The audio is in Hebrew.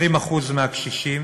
20% מהקשישים